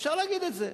אפשר להגיד את זה.